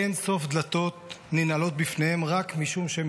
אין סוף דלתות ננעלות בפניהם רק משום שהם